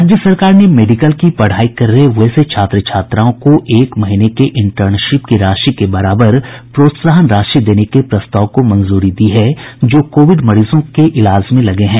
राज्य सरकार ने मेडिकल की पढ़ाई कर रहे वैसे छात्र छात्राओं को एक महीने के इंटर्नशिप की राशि के बराबर प्रोत्साहन राशि देने के प्रस्ताव को मंजूरी दी जो कोविड मरीजों के इलाज में लगे हैं